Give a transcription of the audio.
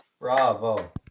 Bravo